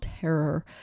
terror